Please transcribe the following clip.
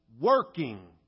working